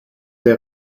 der